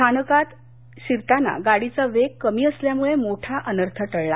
स्थानकात शिरताना गाडीचा वेग कमी असल्यामुळे मोठा अनर्थ टळला